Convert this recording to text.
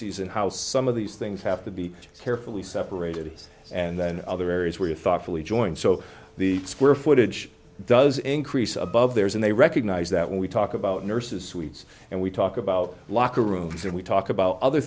in how some of these things have to be carefully separated and then other areas where you thoughtfully join so the square footage does increase above theirs and they recognise that when we talk about nurses suites and we talk about locker rooms and we talk about other